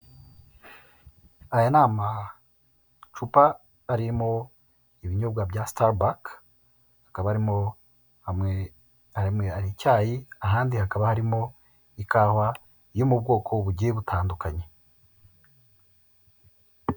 Aya ni amacupa arimo ibinyobwa bya sitaribaki , hakaba harimo icyayi, ahandi hakaba harimo ikawa yo mu bwoko bugiye butandukanye.